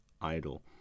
idle